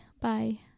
bye